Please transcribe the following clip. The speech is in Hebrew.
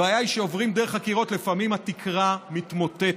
הבעיה כשעוברים דרך הקירות היא שלפעמים התקרה מתמוטטת,